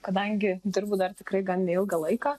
kadangi dirbu dar tikrai gan neilgą laiką